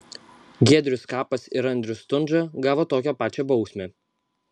giedrius skapas ir andrius stundža gavo tokią pačią bausmę